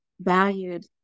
valued